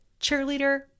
cheerleader